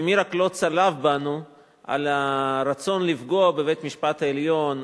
ומי לא צלב אותנו על הרצון לפגוע בבית-המשפט העליון,